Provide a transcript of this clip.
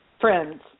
friends